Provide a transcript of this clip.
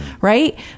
right